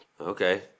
Okay